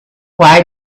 why